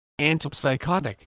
antipsychotic